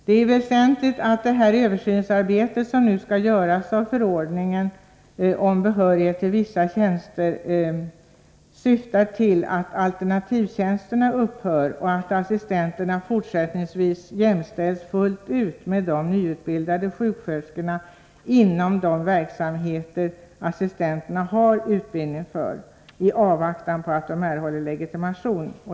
Det är väsentligt att den översyn som nu skall göras av förordningen om behörighet till vissa tjänster syftar till att alternativtjänsterna upphör och att assistenterna, i avvaktan på att de erhåller legitimation, jämställs med de nyutbildade sjuksköterskorna inom de verksamhetsområden som assistenterna har utbildning för.